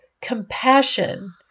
compassion